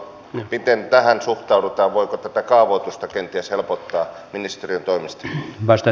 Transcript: miten tähän suhtaudutaan voiko tätä kaavoitusta kenties helpottaa ministeriön toimesta